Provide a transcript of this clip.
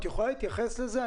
את יכולה להתייחס לזה?